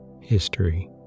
History